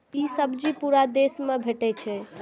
ई सब्जी पूरा देश मे भेटै छै